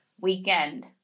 weekend